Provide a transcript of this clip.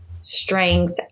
strength